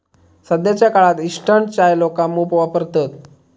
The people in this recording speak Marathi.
सध्याच्या काळात इंस्टंट चाय लोका मोप वापरतत